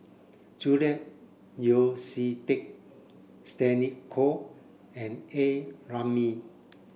Julian Yeo See Teck Stella Kon and A Ramli